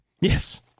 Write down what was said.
Yes